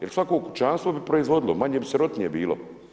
Jer svako kućanstvo bi proizvodilo, manje bi sirotinje bilo.